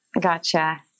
Gotcha